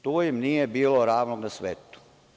Tu im nije bilo ravnog na svetu.